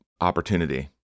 opportunity